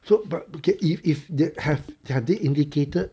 so but okay if if they have have they indicated